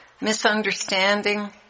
misunderstanding